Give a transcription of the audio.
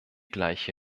gleiche